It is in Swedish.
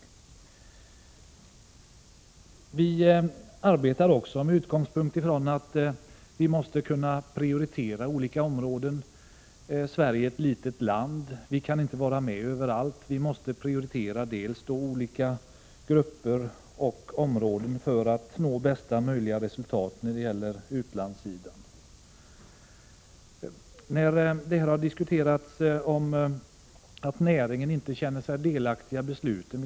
Turistrådet arbetar också med utgångspunkt i att man måste kunna prioritera olika områden. Sverige är ju ett litet land och kan inte vara med i alla sammanhang utan måste prioritera olika grupper och områden för att nå bästa möjliga resultat när det gäller utlandssidan. Jag vill något kommentera de diskussioner som har förts om att näringen inte känner sig delaktig i besluten.